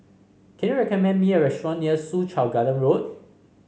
can you recommend me a restaurant near Soo Chow Garden Road